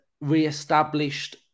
re-established